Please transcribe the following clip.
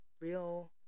real